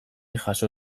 jaso